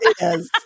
Yes